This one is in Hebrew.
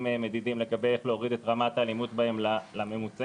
מדידים איך להוריד את רמת האלימות בהם לממוצעים.